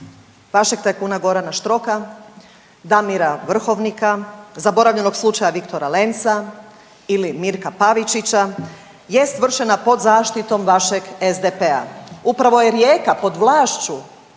vašeg tajkuna Gorana Štroka, Damira Vrhovnika, zaboravljenog slučaja Viktora Lenca ili Mirka Pavičića jest vršena pod zaštitom vašeg SDP-a. Upravo je Rijeka pod vlašću